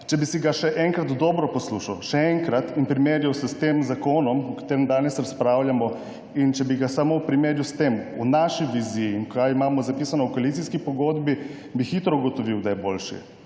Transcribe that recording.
Če bi ga še enkrat dobro poslušal in primerjal s tem zakonom, o katerem danes razpravljamo, in če bi ga samo primerjal s tem v naši viziji in kaj imamo zapisano v koalicijski pogodbi, bi hitro ugotovil, da je boljši.